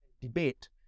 debate